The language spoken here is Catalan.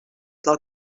del